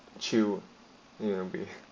chew nearby